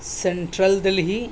central Delhi